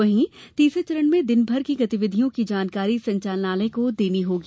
वहीं तीसरे चरण में दिन भर की सभी गतिविधियों की जानकारी संचालनालय को देनी होगी